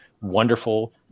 wonderful